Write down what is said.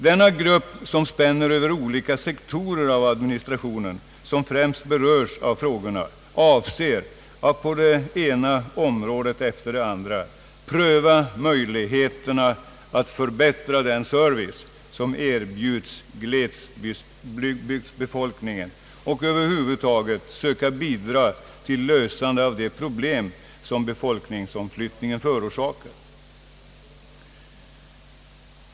Denna grupp, som spänner över de olika sektorer av administrationen vilka främst berörs av frågorna, avser att på det ena området efter det andra pröva möjligheterna att förbättra den service som erbjuds glesbygdsbefolkningen och att över huvud taget söka bidra till lösande av de problem som befolkningsomflyttningen förorsakar.